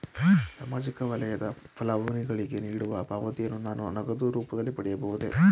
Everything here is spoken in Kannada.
ಸಾಮಾಜಿಕ ವಲಯದ ಫಲಾನುಭವಿಗಳಿಗೆ ನೀಡುವ ಪಾವತಿಯನ್ನು ನಾನು ನಗದು ರೂಪದಲ್ಲಿ ಪಡೆಯಬಹುದೇ?